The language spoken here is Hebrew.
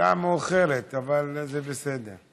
השעה מאוחרת, אבל זה בסדר.